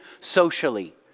socially